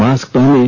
mask पहनें